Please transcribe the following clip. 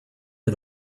for